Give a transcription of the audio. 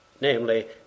namely